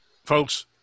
Folks